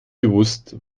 bewusst